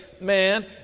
Man